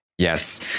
Yes